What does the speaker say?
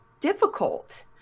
difficult